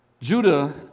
Judah